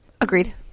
Agreed